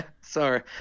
Sorry